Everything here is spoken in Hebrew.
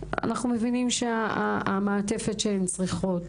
אנחנו מבינים שהמעטפת שהן צריכות